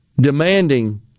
demanding